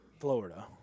Florida